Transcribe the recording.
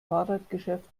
fahrradgeschäft